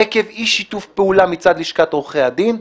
עקב אי שיתוף פעולה מצד לשכת עורכי הדין,